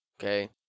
okay